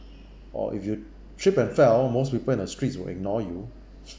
or if you tripped and fell most people in the streets will ignore you